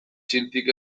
txintik